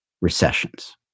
recessions